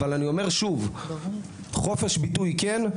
אבל אני אומר שוב, חופש ביטוי כן.